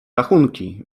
rachunki